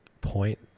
point